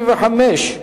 175),